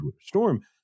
storm